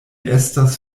estas